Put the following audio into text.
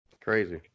Crazy